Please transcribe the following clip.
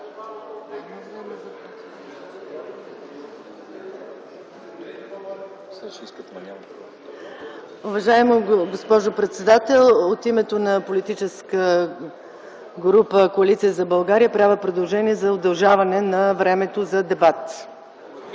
Уважаема госпожо председател, от името на Парламентарната група на Коалиция за България правя предложение за удължаване на времето за дебат.